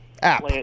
App